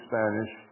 Spanish